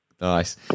Nice